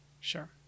Sure